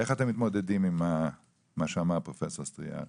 איך אתם מתמודדים עם מה שאמר פרופ' סטריאר?